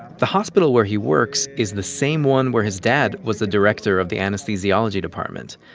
the hospital where he works is the same one where his dad was the director of the anesthesiology department.